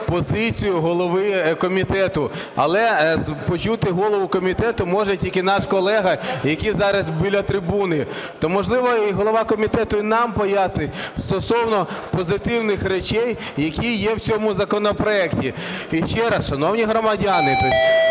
позицію голови комітету, але почути голову комітету може тільки наш колега, який зараз біля трибуни. То, можливо, голова комітету й нам пояснить стосовно позитивних речей, які є в цьому законопроекті. Ще раз, шановні громадяни,